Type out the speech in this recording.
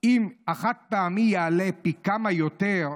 / אם החד-פעמי יעלה פי כמה יותר,